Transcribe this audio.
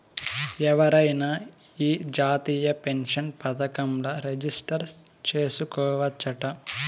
ఎవరైనా ఈ జాతీయ పెన్సన్ పదకంల రిజిస్టర్ చేసుకోవచ్చట